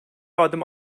adım